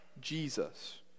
Jesus